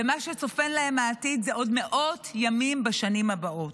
ומה שצופן להם העתיד זה עוד מאות ימים בשנים הבאות.